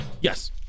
Yes